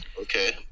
Okay